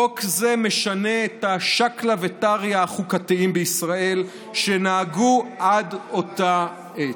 חוק זה משנה את השקלא וטריא החוקתיים בישראל שנהגו עד אותה עת.